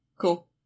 Cool